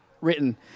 written